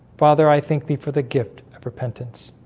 father i think thee for the gift of repentance